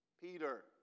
Peter